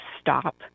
stop